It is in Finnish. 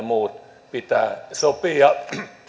muut pitää sopia